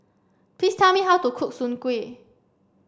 please tell me how to cook Soon Kuih